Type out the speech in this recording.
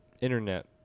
internet